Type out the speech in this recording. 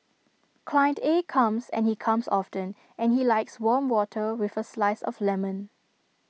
client A comes and he comes often and he likes warm water with A slice of lemon